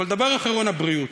אבל דבר אחרון, הבריאות,